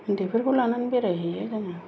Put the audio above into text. उन्दैफोरखौ लानानै बेरायहैयो जोङो